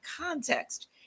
context